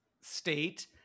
state